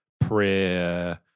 prayer